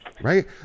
Right